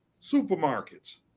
supermarkets